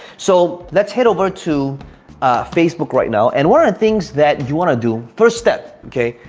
so let's head over to facebook right now and one of the things that you want to do first step, okay,